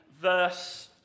verse